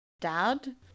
dad